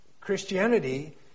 Christianity